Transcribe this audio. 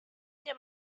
nie